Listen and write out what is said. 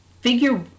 Figure